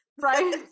Right